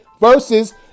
versus